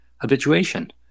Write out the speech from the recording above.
habituation